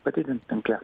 padidint tinkle